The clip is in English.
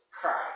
Christ